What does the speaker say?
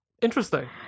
Interesting